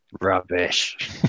Rubbish